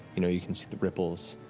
you know you can see the ripples,